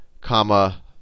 comma